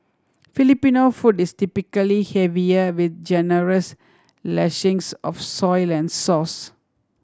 Filipino food is typically heavier with generous lashings of soy and sauce